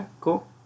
cool